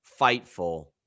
fightful